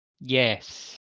Yes